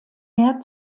mehr